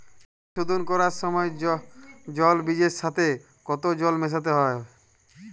বীজ শোধন করার সময় জল বীজের সাথে কতো জল মেশাতে হবে?